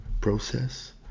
process